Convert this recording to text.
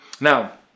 Now